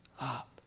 up